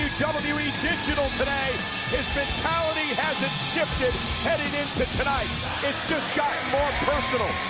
digital today his mentality hasn't shifted heading into tonight. it just gotten more personal.